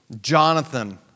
Jonathan